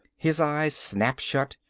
his eyes snapped shut,